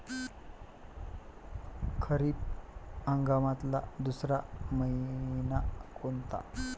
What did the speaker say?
खरीप हंगामातला दुसरा मइना कोनता?